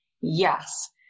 Yes